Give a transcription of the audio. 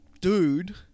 dude